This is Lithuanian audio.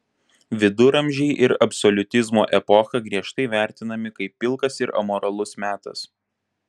viduramžiai ir absoliutizmo epocha griežtai vertinami kaip pilkas ir amoralus metas